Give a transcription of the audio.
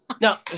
Now